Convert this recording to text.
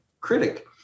critic